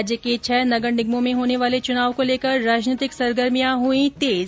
राज्य के छह नगर निगमों में होने वाले चुनाव को लेकर राजनीतिक सरगर्भियां हुई तेज